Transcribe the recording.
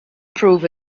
proof